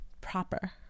proper